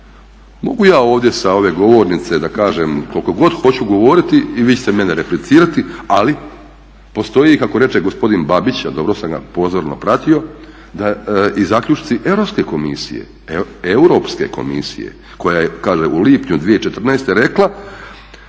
mogu ja ovdje sa ove govornice da kažem koliko god hoću govoriti i vi ćete meni replicirati, ali postoji kako reče gospodin Babić, a dobro sam ga pozorno pratio i zaključci Europske komisije koja je kaže u lipnju 2014. rekla